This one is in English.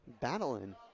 battling